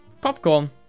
popcorn